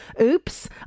oops